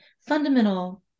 fundamental